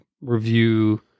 review